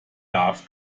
darf